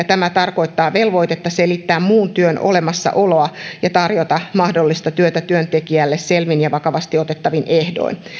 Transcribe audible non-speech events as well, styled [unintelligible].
[unintelligible] tämä tarkoittaa velvoitetta selvittää muun työn olemassaoloa ja tarjota mahdollista työtä työntekijälle selvin ja vakavasti otettavin ehdoin